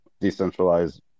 decentralized